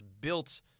built